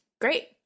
Great